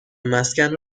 مسکن